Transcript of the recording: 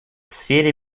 сфере